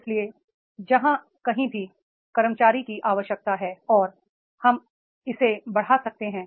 इसलिए जहां कहीं भी कर्मचारी की आवश्यकता है और हम इसे बढ़ा सकते हैं